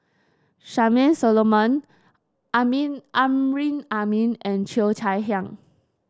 Charmaine Solomon Amin Amrin Amin and Cheo Chai Hiang